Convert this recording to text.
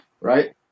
right